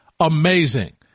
amazing